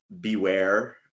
beware